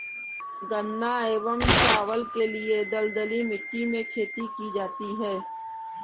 गन्ना एवं चावल के लिए दलदली मिट्टी में खेती की जाती है